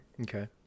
Okay